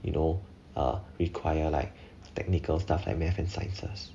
you know uh require like technical stuff like math and sciences